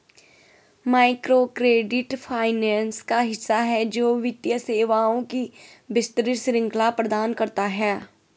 microcredit finance का हिस्सा है, जो वित्तीय सेवाओं की विस्तृत श्रृंखला प्रदान करता है